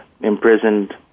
imprisoned